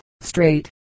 straight